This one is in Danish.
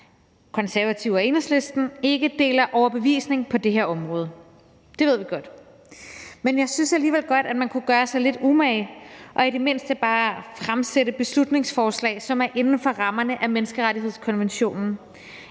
Konservative og Enhedslisten, ikke deler overbevisning på det her område. Det ved vi godt. Jeg synes alligevel godt, man kunne gøre sig lidt umage og i det mindste bare fremsætte beslutningsforslag, som er inden for rammerne af menneskerettighedskonventionen.